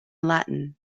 latin